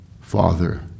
father